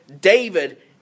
David